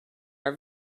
are